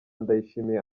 ndayishimiye